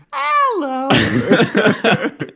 Hello